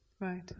Right